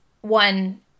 one